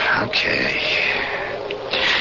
Okay